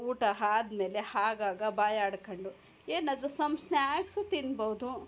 ಊಟ ಆದ್ಮೇಲೆ ಆಗಾಗ ಬಾಯಿ ಆಡ್ಕೊಂಡು ಏನಾದ್ರೂ ಸಮ್ ಸ್ನ್ಯಾಕ್ಸು ತಿನ್ಬೌದು